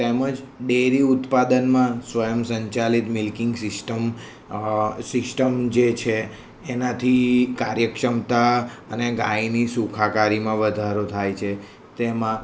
તેમજ ડેરી ઉત્પાદનમાં સ્વયં સંચાલિત મિલ્કિંગ સીસ્ટમ સીસ્ટમ જે છે એનાથી કાર્યક્ષમતા અને ગાયની સુખાકારીમાં વધારો થાય છે તેમાં